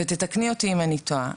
ותקני אותי אם אני טועה,